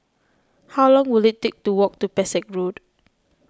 how long will it take to walk to Pesek Road